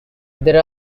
there